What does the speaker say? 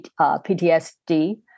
PTSD